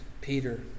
Peter